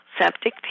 septic